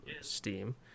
Steam